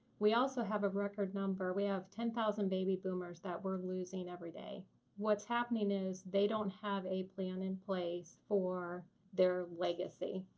we also have a record number, we have ten thousand baby boomers that we're losing every day. and what's happening is they don't have a plan in place for their legacy.